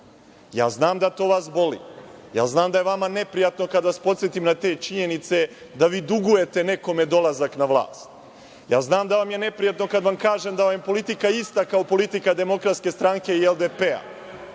znam da to vas boli. Ja znam da je vama neprijatno kad vas podsetim na te činjenice da vi dugujete nekome dolazak na vlast. Znam da vam je neprijatno kad vam kažem da vam je politika ista kao politika DS i LDP.